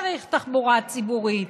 צריך תחבורה ציבורית,